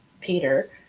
Peter